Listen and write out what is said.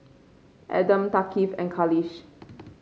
Adam Thaqif and Khalish